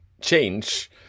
change